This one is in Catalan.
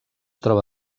troba